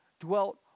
dwelt